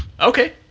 okay